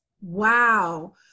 wow